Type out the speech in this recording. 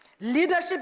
Leadership